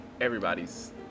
everybody's